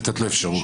לתת לו אפשרות.